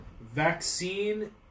vaccine